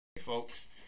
folks